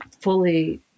fully